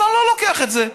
אז אני לא לוקח את זה,